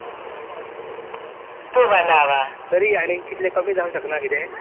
हय हय हय तरी आनी कितले कमी जावं शकना कितें